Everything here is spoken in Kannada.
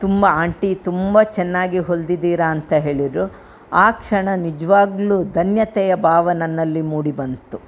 ತುಂಬ ಆಂಟಿ ತುಂಬ ಚೆನ್ನಾಗಿ ಹೊಲ್ದಿದ್ದೀರ ಅಂತ ಹೇಳಿದರು ಆ ಕ್ಷಣ ನಿಜವಾಗ್ಲೂ ಧನ್ಯತೆಯ ಭಾವ ನನ್ನಲ್ಲಿ ಮೂಡಿ ಬಂತು